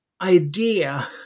idea